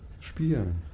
spielen